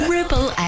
Ripple